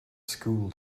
school